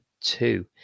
two